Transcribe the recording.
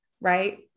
right